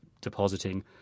depositing